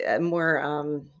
more